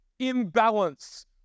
imbalance